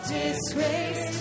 disgrace